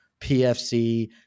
PFC